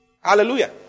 Hallelujah